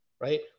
right